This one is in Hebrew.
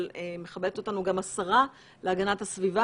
אבל מכבדת אותנו גם השרה להגנת הסביבה